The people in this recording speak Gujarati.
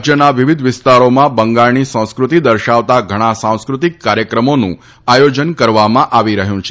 રાજયના વિવિધ વિસ્તારોમાં બંગાળની સંસ્ક્રતિ દર્શાવતાં ઘણા સાંસ્ક્રૃતિક કાર્યક્રમોનું આયોજન કરવામાં આવી રહયું છે